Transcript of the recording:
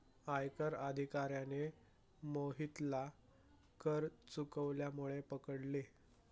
आयकर अधिकाऱ्याने मोहितला कर चुकवल्यामुळे पकडले